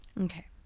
Okay